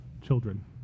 children